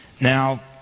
Now